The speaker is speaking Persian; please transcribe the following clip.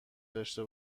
داشته